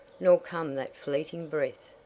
nor come that fleeting breath.